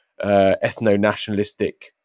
ethno-nationalistic